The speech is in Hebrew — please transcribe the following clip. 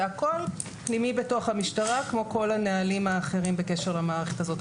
הכול פנימי בתוך המשטרה כמו כל הנהלים האחרים בקשר למערכת הזאת.